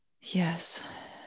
Yes